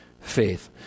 faith